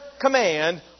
command